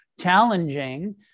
challenging